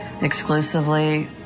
exclusively